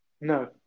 No